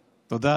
תודה,